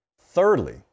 Thirdly